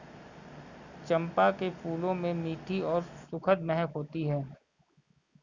चंपा के फूलों में मीठी और सुखद महक होती है